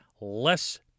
less